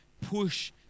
push